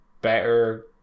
better